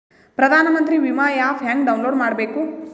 ಪ್ರಧಾನಮಂತ್ರಿ ವಿಮಾ ಆ್ಯಪ್ ಹೆಂಗ ಡೌನ್ಲೋಡ್ ಮಾಡಬೇಕು?